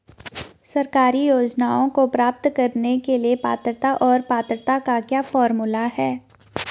सरकारी योजनाओं को प्राप्त करने के लिए पात्रता और पात्रता का क्या फार्मूला है?